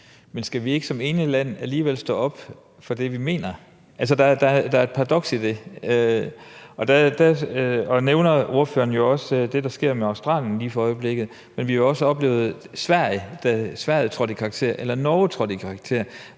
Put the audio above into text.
men skal vi ikke som ene land alligevel stå op for det, vi mener? Altså, der er et paradoks i det. Ordføreren nævner jo også det, der sker med Australien lige for øjeblikket, men vi har jo også oplevet, at Sverige trådte i karakter, og at Norge trådte i karakter.